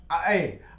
hey